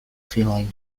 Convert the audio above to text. feline